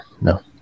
no